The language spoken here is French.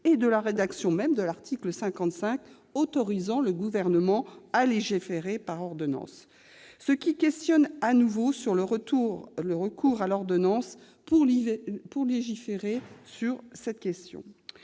et de la rédaction même de l'article 55, autorisant le Gouvernement à légiférer par ordonnance. Cela questionne à nouveau sur le recours à l'ordonnance pour légiférer sur cette question.